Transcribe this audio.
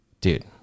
Dude